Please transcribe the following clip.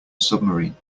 submarine